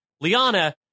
Liana